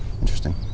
Interesting